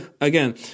again